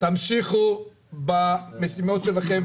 תמשיכו במשימות שלכם,